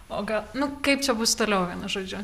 o gal nu kaip čia bus toliau vienu žodžiu